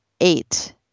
eight